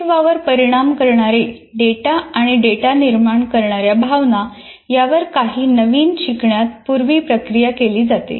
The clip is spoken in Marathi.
अस्तित्वावर परिणाम करणारे डेटा आणि डेटा निर्माण करणार्या भावना यावर काही नवीन शिकण्यात पूर्वी प्रक्रिया केली जाते